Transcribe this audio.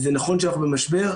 זה נכון שאנחנו במשבר.